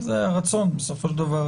וזה הרצון בסופו של דבר,